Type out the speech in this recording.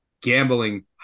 gambling